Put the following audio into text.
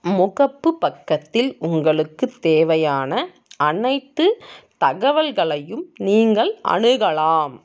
முகப்புப் பக்கத்தில் உங்களுக்குத் தேவையான அனைத்து தகவல்களையும் நீங்கள் அணுகலாம்